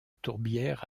tourbières